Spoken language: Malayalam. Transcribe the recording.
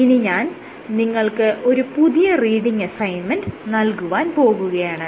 ഇനി ഞാൻ നിങ്ങൾക്ക് ഒരു പുതിയ റീഡിങ് അസൈൻമെന്റ് നൽകുവാൻ പോവുകയാണ്